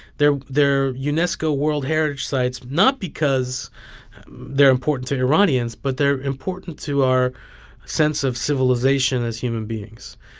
they're they're unesco world heritage sites not because they're important to iranians, but they're important to our sense of civilization as human beings